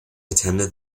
attended